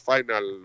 Final